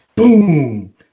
Boom